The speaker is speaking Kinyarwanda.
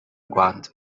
rwanda